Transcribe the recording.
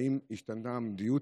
האם השתנתה המדיניות?